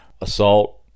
assault